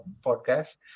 podcast